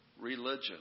religion